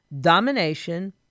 Domination